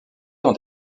dans